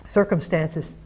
circumstances